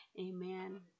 amen